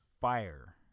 fire